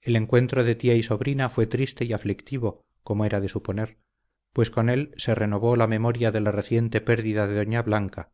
el encuentro de tía y sobrina fue triste y aflictivo como era de suponer pues con él se renovó la memoria de la reciente pérdida de doña blanca